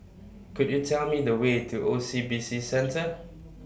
Could YOU Tell Me The Way to O C B C Centre